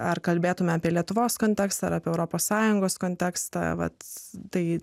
ar kalbėtumėme apie lietuvos kontekstą ar apie europos sąjungos kontekstą vat tai